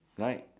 right